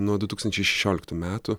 nuo du tūkstančiai šešioliktų metų